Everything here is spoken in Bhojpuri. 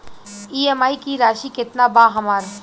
ई.एम.आई की राशि केतना बा हमर?